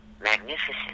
magnificent